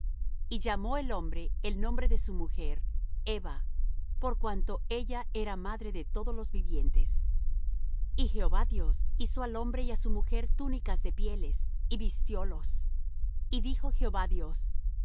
y llamó el hombre el nombre de su mujer eva por cuanto ella era madre de todos lo vivientes y jehová dios hizo al hombre y á su mujer túnicas de pieles y vistiólos y dijo jehová dios